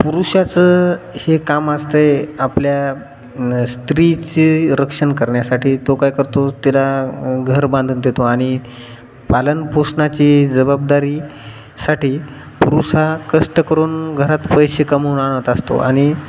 पुरुषाचं हे काम असतेय आपल्या स्त्रीचे रक्षण करण्यासाठी तो काय करतो तिला घर बांधून देतो आणि पालनपोषणाची जबाबदारी साठी पुरुष हा कष्ट करून घरात पैसे कमवून आणत असतो आणि